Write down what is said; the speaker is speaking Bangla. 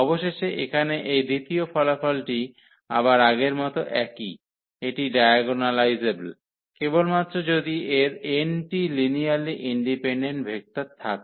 অবশেষে এখানে এই দ্বিতীয় ফলাফলটি আবার আগের মত একই এটি ডায়াগোনালাইজেবল কেবলমাত্র যদি এর n টি লিনিয়ারলি ইন্ডিপেনডেন্ট ভেক্টর থাকে